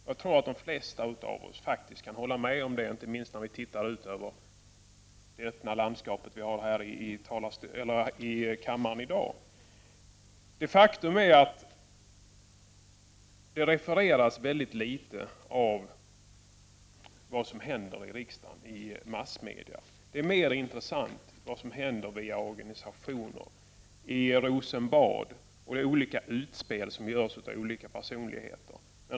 Jag tror att de flesta utav oss faktiskt kan hålla med om det, inte minst när vi tittar ut över det öppna landskapet vi har här i kammaren i dag. Faktum är att det refereras väldigt litet av vad som händer i riksdagen i massmedia. Det är mer intressant vad som händer i organisationer, i Rosenbad och de olika utspel som görs utav olika personligheter.